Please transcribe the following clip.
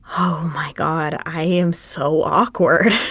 oh, my god, i am so awkward.